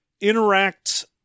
interact